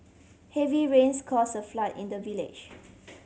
heavy rains caused a flood in the village